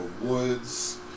Woods